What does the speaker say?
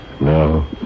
No